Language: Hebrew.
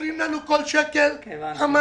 סופרים לנו כל שקל פעמיים.